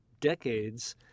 decades